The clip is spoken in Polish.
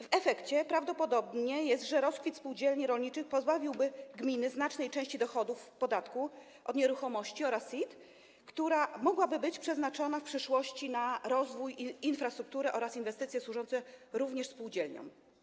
W efekcie prawdopodobne jest, że rozkwit spółdzielni rolniczych pozbawiłby gminy znacznej części dochodów z podatku od nieruchomości oraz CIT, która mogłaby być przeznaczona w przyszłości na rozwój infrastruktury oraz inwestycje służące również spółdzielniom.